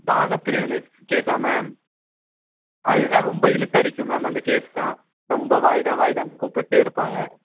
பாக பிரிவினை கேஸ்ஸாக மேம் அது தான் ரொம்ப இழுத்து அடிக்கும் மேம் அந்த கேஸ் தான் ரொம்ப வாய்தா வாய்தான்னு கூப்பிடுட்டே இருப்பாங்க